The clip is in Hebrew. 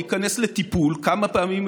להיכנס לטיפול כמה פעמים,